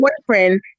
boyfriend